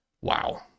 Wow